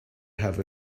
have